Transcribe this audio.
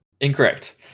Incorrect